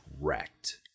wrecked